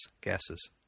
gases